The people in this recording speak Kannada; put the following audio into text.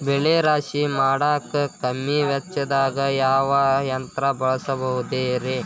ಬೆಳೆ ರಾಶಿ ಮಾಡಾಕ ಕಮ್ಮಿ ವೆಚ್ಚದಾಗ ಯಾವ ಯಂತ್ರ ಬಳಸಬಹುದುರೇ?